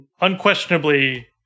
unquestionably